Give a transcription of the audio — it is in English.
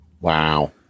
Wow